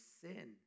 sin